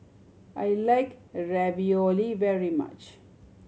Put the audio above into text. I like Ravioli very much